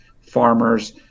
farmers